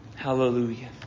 Hallelujah